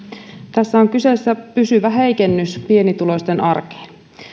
tässä on kyseessä pysyvä heikennys pienituloisten arkeen